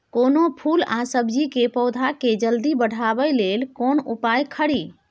कोनो फूल आ सब्जी के पौधा के जल्दी बढ़ाबै लेल केना उपाय खरी?